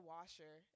Washer